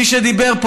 מי שדיבר פה,